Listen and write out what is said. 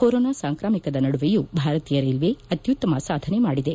corona ಸಾಂಕ್ರಾಮಿಕದ ನಡುವೆಯೂ ಭಾರತೀಯ ರೈಲ್ವೆ ಅತ್ಯುತ್ತಮ ಸಾಧನೆ ಮಾಡಿದೆ